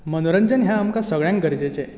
मनोरंजन हें आमकां सगल्यांक गरजेचें